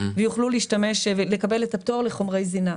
הן יוכלו לקבל את הפטור לחומרי זינה.